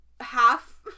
half